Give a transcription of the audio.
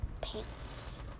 pants